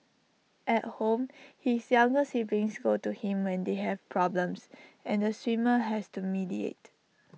at home his younger siblings go to him when they have problems and the swimmer has to mediate